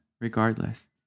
regardless